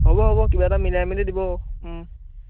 হ'ব হ'ব কিবা এটা মিলাই মেলি দিব